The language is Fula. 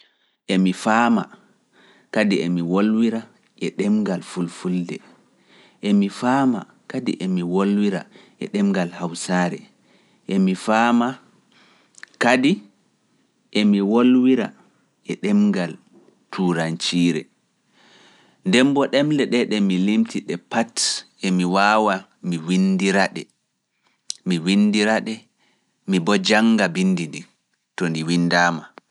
Emi faama kadi emi wolwira e ɗemngal fulfulde, emi faama kadi emi wolwira e ɗemngal hawsaare, emi faama kadi emi wolwira e ɗemngal turankoore. Ndembo ɗemle ɗee ɗe mi limti ɗe pat emi waawa mi windira ɗe, mi windira ɗe, mi bo jannga bindi ndin to ndi windaama.